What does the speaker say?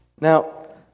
Now